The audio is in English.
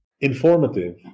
informative